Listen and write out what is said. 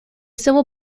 civil